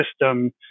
system